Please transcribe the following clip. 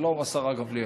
שלום, השרה גמליאל.